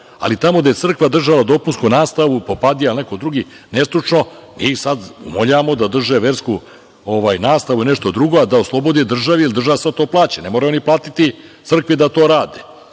Ali, tamo gde crkva držala dopunsku nastavu, popadija ili neko drugi nestručno, mi sad umoljavamo da drže versku nastavu i nešto drugo, a da oslobodi državi, jer država sad to plaća. Ne moraju oni platiti crkvi da to radi.